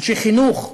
אנשי חינוך,